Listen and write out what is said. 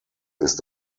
ist